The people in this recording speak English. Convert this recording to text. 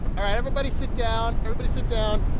all right, everybody sit down. everybody sit down.